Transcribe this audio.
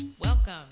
Welcome